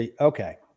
Okay